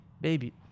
baby